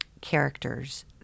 characters